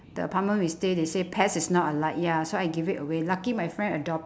the apartment we stay they say pets is not allowed ya so I give it away lucky my friend adop~